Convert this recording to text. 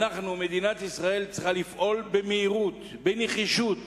מדינת ישראל צריכה לפעול במהירות, בנחישות,